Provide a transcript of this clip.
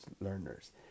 learners